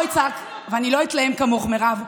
ואני לא אצעק ואני לא אתלהם כמוך, מירב.